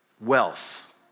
wealth